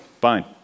Fine